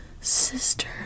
sister